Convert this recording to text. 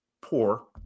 poor